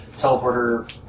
teleporter